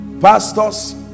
pastors